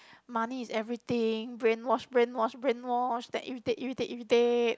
money is everything brainwash brainwash brainwash then irritate irritate irritate